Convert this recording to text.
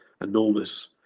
enormous